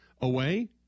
away